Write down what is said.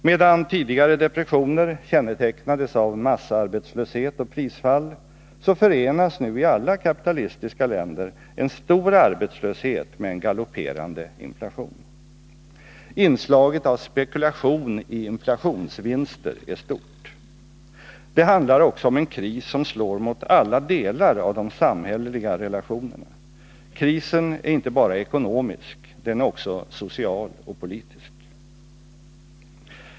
Medan tidigare depressioner kännetecknas av massarbetslöshet och prisfall, så förenas nu i alla kapitalistiska länder en stor arbetslöshet med en galopperande inflation. Inslaget av spekulation i inflationsvinster är stort. Det handlar också om en kris som slår mot alla delar av de samhälleliga relationerna. Krisen är inte bara ekonomisk, den är också social och politisk.